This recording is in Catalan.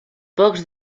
pocs